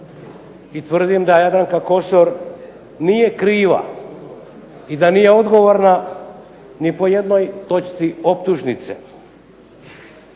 i tvrdim da Jadranka Kosor nije kriva i da nije odgovorna ni po jednoj točci optužnice